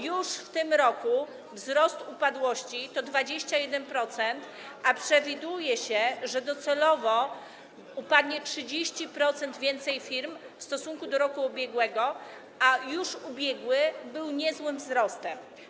Już w tym roku wzrost upadłości wynosi 21%, a przewiduje się, że docelowo upadnie 30% więcej firm w stosunku do roku ubiegłego, a już w roku ubiegłym był niezły wzrost.